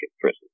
prison